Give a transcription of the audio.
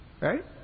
Right